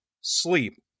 sleep